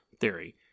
theory